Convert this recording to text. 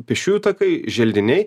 pėsčiųjų takai želdiniai